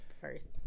first